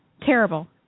Terrible